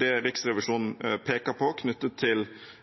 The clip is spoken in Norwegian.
det Riksrevisjonen peker på knyttet til